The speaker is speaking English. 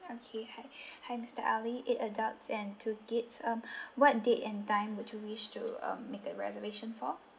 okay hi hi mister ali eight adults and two kids um what date and time would you wish to um make a reservation for